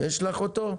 בבקשה.